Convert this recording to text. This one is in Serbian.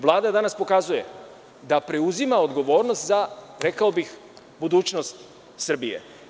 Vlada danas pokazuje da preuzima odgovornost za budućnost Srbije.